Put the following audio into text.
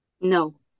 No